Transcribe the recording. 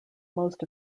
most